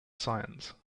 science